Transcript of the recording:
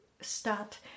start